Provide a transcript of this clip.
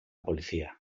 policía